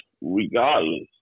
regardless